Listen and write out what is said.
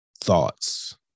thoughts